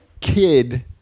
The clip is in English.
kid